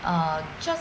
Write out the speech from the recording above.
err just